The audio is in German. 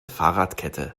fahrradkette